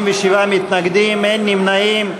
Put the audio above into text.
57 מתנגדים, אין נמנעים.